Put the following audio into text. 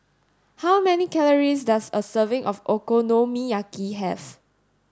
how many calories does a serving of Okonomiyaki have